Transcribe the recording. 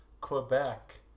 Quebec